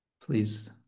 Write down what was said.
please